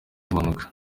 impanuka